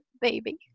baby